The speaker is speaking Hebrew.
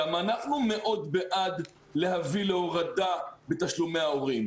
גם אנחנו מאוד בעד להביא להורדה בתשלומי ההורים.